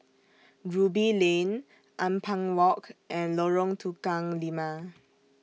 Ruby Lane Ampang Walk and Lorong Tukang Lima